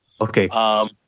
Okay